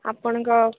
ଆପଣଙ୍କ